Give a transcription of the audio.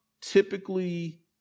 Typically